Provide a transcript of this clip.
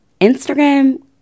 Instagram